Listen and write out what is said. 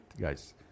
guys